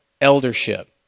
eldership